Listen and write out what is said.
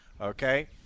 okay